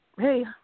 Hey